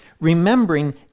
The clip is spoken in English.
Remembering